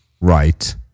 right